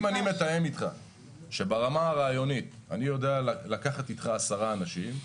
אם אני מתאם איתך שברמה הרעיונית אני יודע לקחת איתך עשרה אנשים,